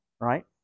right